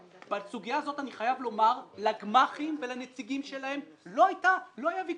בסוגיה הזאת אני חייב לומר שלגמ"חים ולנציגים שלהם לא היה ויכוח.